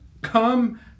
come